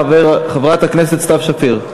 חברת הכנסת סתיו שפיר.